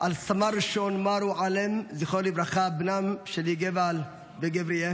על סמל ראשון מארו אלם ז"ל, בנם של יגבאל וגברה.